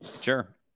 Sure